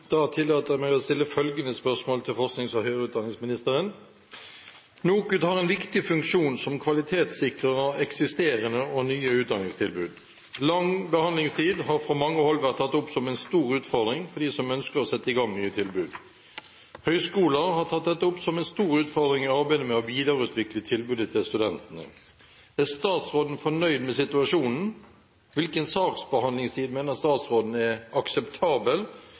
til forsknings- og høyere utdanningsministeren: «NOKUT har en viktig funksjon som kvalitetssikrer eksisterende og nye utdanningstilbud. Lang behandlingstid har fra mange hold vært tatt opp som en stor utfordring for dem som ønsker å sette i gang nye tilbud. Høyskoler har tatt dette opp som en stor utfordring i arbeidet med å videreutvikle tilbudet til studentene. Er statsråden fornøyd med situasjonen, hvilken saksbehandlingstid mener statsråden er akseptabel,